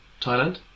Thailand